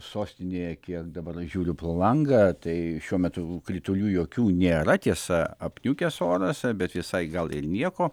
sostinėje kiek dabar žiūriu pro langą tai šiuo metu kritulių jokių nėra tiesa apniukęs oras bet visai gal ir nieko